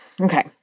Okay